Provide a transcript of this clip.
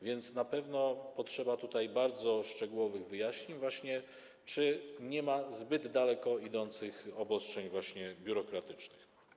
Więc na pewno potrzeba tutaj bardzo szczegółowych wyjaśnień, czy nie ma zbyt daleko idących obostrzeń, właśnie biurokratycznych.